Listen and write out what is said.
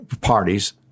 parties